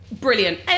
Brilliant